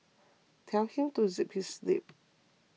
tell him to zip his lip